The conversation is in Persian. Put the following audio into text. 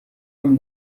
این